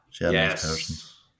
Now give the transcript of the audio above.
yes